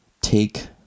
take